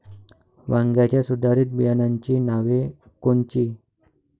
वांग्याच्या सुधारित बियाणांची नावे कोनची?